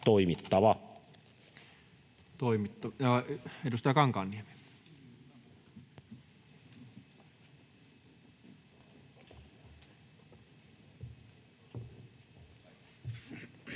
osalta. Edustaja Kankaanniemi.